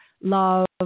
love